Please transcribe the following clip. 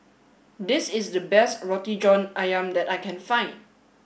this is the best Roti John Ayam that I can find